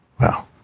wow